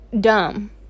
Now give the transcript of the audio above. dumb